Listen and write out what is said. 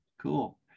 cool